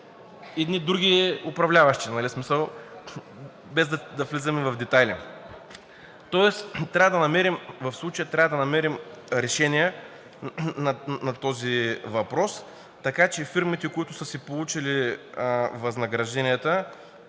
други управляващи, без да влизаме в детайли. В случая трябва да намерим решение на този въпрос, така че фирмите, които трябва да си получат възнагражденията